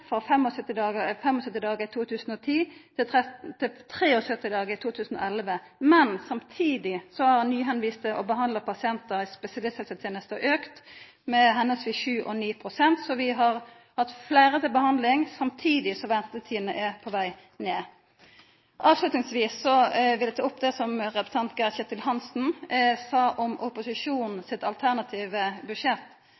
dagar i 2010 til 73 dagar i 2011. Men samtidig har talet på nye tilviste og behandla pasientar i spesialisthelsetenesta auka med respektive 7 pst. og 9 pst., så vi har hatt fleire til behandling samtidig som ventetidene er på veg ned. Til slutt vil eg ta opp det som representanten Geir-Ketil Hansen sa om